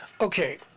Okay